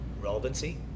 relevancy